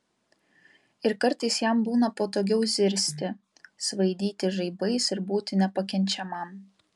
ir kartais jam būna patogiau zirzti svaidytis žaibais ir būti nepakenčiamam